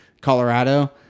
Colorado